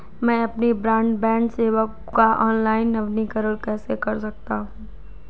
मैं अपनी ब्रॉडबैंड सेवा का ऑनलाइन नवीनीकरण कैसे कर सकता हूं?